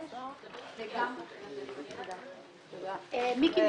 הישיבה ננעלה בשעה 13:50.